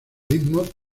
ritmos